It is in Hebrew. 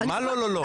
מה לא לא?